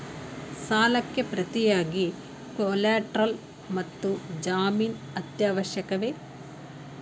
ಸಾಲಕ್ಕೆ ಪ್ರತಿಯಾಗಿ ಕೊಲ್ಯಾಟರಲ್ ಮತ್ತು ಜಾಮೀನು ಅತ್ಯವಶ್ಯಕವೇ?